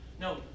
No